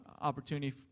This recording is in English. Opportunity